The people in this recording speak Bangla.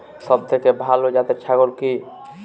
সবথেকে ভালো জাতের ছাগল কি?